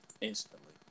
instantly